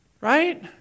Right